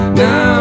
now